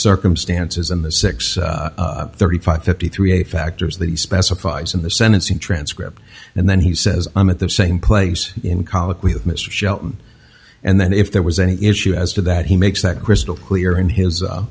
circumstances and the six thirty five fifty three factors that he specified in the sentencing transcript and then he says i'm at the same place in colloquy with mr shelton and then if there was any issue as to that he makes that crystal clear in his